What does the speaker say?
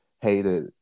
hated